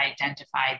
identified